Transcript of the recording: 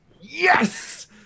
Yes